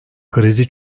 krizi